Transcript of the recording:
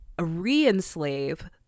re-enslave